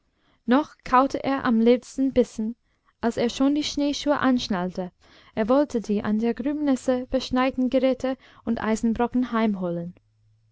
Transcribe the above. noch kaute er am letzten bissen als er schon die schneeschuhe anschnallte er wollte die an der grubenesse verschneiten geräte und eisenbrocken